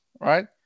right